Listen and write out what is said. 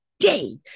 day